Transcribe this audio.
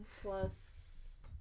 plus